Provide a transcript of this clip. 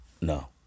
no